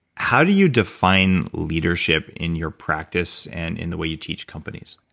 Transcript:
how do you define leadership in your practice and in the way you teach companies?